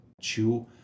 chew